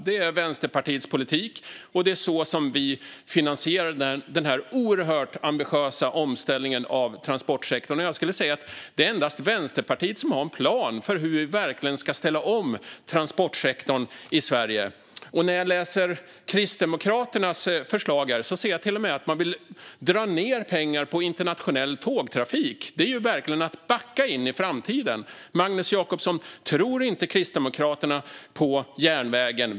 Det är Vänsterpartiets politik, och det är så vi finansierar denna oerhört ambitiösa omställning av transportsektorn. Jag skulle vilja säga att det är endast Vänsterpartiet som har en plan för hur vi verkligen ska ställa om transportsektorn i Sverige. När jag läser Kristdemokraternas förslag här ser jag till och med att de vill dra ned på pengarna till internationell tågtrafik. Det är verkligen att backa in i framtiden. Magnus Jacobsson, tror inte Kristdemokraterna på järnvägen?